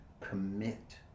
commit